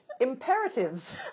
Imperatives